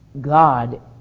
God